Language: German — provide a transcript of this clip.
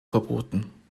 verboten